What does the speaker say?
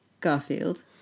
Garfield